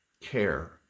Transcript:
care